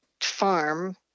farm